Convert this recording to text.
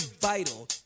vital